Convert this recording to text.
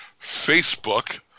Facebook